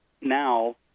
now